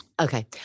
Okay